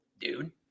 dude